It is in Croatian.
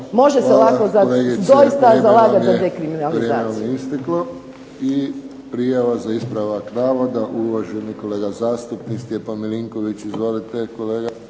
može se doista zalagat za dekriminalizaciju.